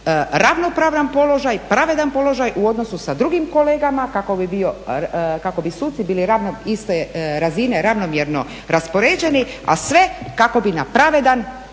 ravnopravan položaj, pravedan položaj u odnosu sa drugim kolegama, kako bi suci bili iste razine, ravnomjerno raspoređeni a sve kako bi na pravedan,